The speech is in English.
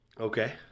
Okay